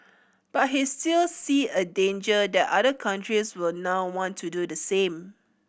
but he still see a danger that other countries will now want to do the same